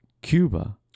Cuba